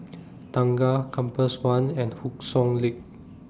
Tengah Compass one and Hock Soon Lane